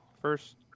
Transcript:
first